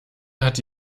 hatte